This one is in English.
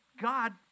God